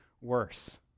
worse